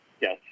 Yes